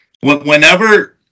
whenever